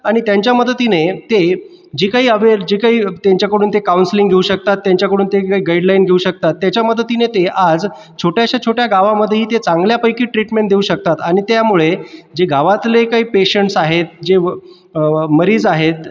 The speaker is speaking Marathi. आणि त्यांच्या मदतीने ते जे काही अव्हे जे काही त्यांच्याकडून ते काउन्सलिंग घेऊ शकतात त्यांच्याकडून ते काही गाईडलाईन घेऊ शकतात त्याच्या मदतीने ते आज छोट्याशा छोट्या गावामध्येही ते चांगल्यापैकी ट्रीटमेंट देऊ शकतात आणि त्यामुळे जे गावातले काही पेशंट्स आहेत जे मरीज आहेत